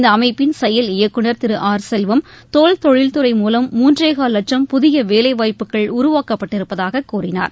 இந்த அமைப்பின் செயல் இயக்குநர் திரு ஆர் செல்வம் தோல் தொழில் துறை மூவம் மூன்றேகால் லட்சம் புதிய வேலைவாய்ப்புக்கள் உருவாக்கப்பட்டிருப்பதாக கூறினார்